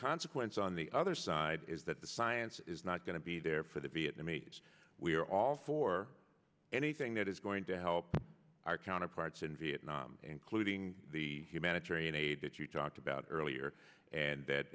consequence on the other side is that the science is not going to be there for the vietnamese we are all for anything that is going to help our counterparts in vietnam including the humanitarian aid that you talked about earlier and